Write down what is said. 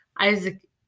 Isaac